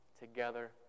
together